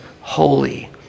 holy